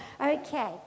Okay